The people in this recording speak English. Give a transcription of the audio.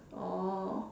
oh